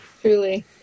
Truly